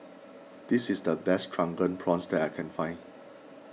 this is the best Drunken Prawns that I can find